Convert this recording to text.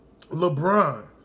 LeBron